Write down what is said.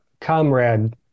comrade